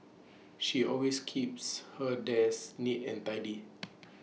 she always keeps her desk neat and tidy